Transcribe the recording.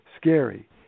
scary